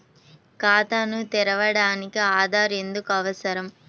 ఖాతాను తెరవడానికి ఆధార్ ఎందుకు అవసరం?